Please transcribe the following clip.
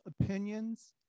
opinions